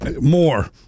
more